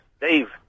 Dave